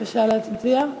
בבקשה להצביע.